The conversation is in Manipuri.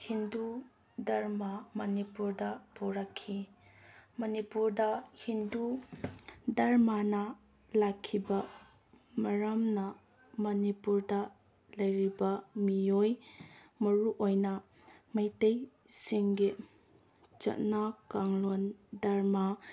ꯍꯤꯟꯗꯨ ꯘꯔꯃ ꯃꯅꯤꯄꯨꯔꯗ ꯄꯨꯔꯛꯈꯤ ꯃꯅꯤꯄꯨꯔꯗ ꯍꯤꯟꯗꯨ ꯙꯔꯃꯅ ꯂꯥꯛꯈꯤꯕ ꯃꯔꯝꯅ ꯃꯅꯤꯄꯨꯔꯗ ꯂꯩꯔꯤꯕ ꯃꯤꯑꯣꯏ ꯃꯔꯨꯑꯣꯏꯅ ꯃꯩꯇꯩꯁꯤꯡꯒꯤ ꯆꯠꯅ ꯀꯥꯡꯂꯣꯟ ꯙꯔꯃ